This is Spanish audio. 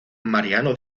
mariano